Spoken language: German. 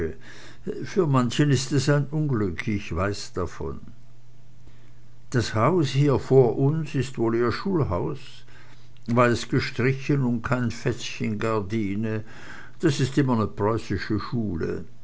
für manchen ist es ein unglück ich weiß davon das haus hier vor uns ist wohl ihr schulhaus weiß gestrichen und kein fetzchen gardine das ist immer ne preußische schule